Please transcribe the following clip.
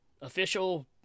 official